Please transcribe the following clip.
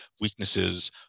weaknesses